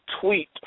tweet